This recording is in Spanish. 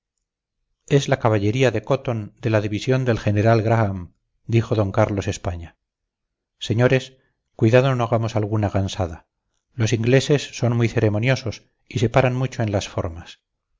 es la caballería de cotton de la división del general graham dijo d carlos españa señores cuidado no hagamos alguna gansada los ingleses son muy ceremoniosos y se paran mucho en las formas